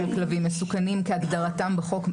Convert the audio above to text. יחול על כלבים מסוכנים כהגדרתם בחוק ממילא.